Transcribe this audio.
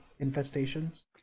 infestations